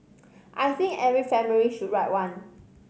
I think every family should write one